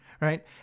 right